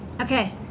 Okay